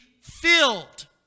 filled